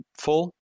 full